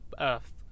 Earth